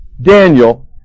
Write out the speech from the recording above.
Daniel